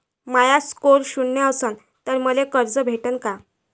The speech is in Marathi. माया स्कोर शून्य असन तर मले कर्ज भेटन का?